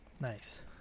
Nice